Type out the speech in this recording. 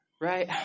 Right